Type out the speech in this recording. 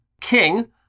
king